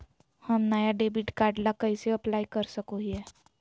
हम नया debit card ला कइसे अप्लाई कर सको हियै?